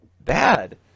bad